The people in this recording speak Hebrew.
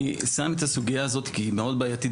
אני שם את הסוגייה הזאת כי היא מאד בעייתית,